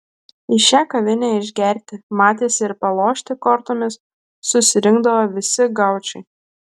į šią kavinę išgerti matėsi ir palošti kortomis susirinkdavo visi gaučai